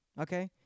okay